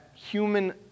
human